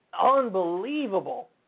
Unbelievable